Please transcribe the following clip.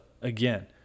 again